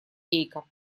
гейка